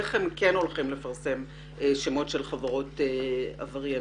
של איך הם הולכים לפרסם שמות של חברות עברייניות.